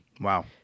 wow